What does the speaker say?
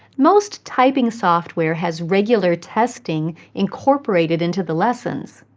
most typing software has regular testing incorporated into the lessons.